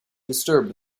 disturbed